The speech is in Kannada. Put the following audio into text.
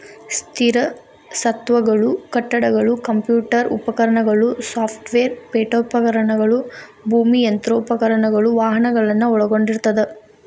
ಸ್ಥಿರ ಸ್ವತ್ತುಗಳು ಕಟ್ಟಡಗಳು ಕಂಪ್ಯೂಟರ್ ಉಪಕರಣಗಳು ಸಾಫ್ಟ್ವೇರ್ ಪೇಠೋಪಕರಣಗಳು ಭೂಮಿ ಯಂತ್ರೋಪಕರಣಗಳು ವಾಹನಗಳನ್ನ ಒಳಗೊಂಡಿರ್ತದ